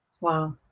Wow